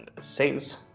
sales